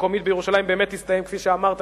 המקומית בירושלים באמת יסתיים כפי שאמרת,